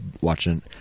watching